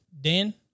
Dan